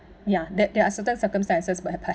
ya there there are certain circumstances